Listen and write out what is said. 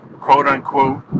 quote-unquote